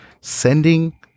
sending